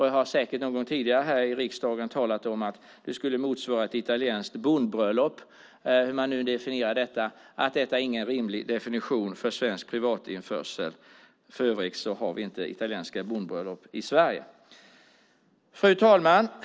Jag har säkert någon gång tidigare här i riksdagen talat om att det skulle motsvara ett italienskt bondbröllop, hur man nu definierar detta, och det är ingen rimlig definition för svensk privatinförsel. För övrigt har vi inte italienska bondbröllop i Sverige. Fru talman!